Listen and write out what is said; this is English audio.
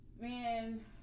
man